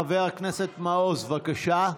חבר הכנסת מעוז, בבקשה.